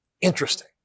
Interesting